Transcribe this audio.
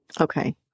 Okay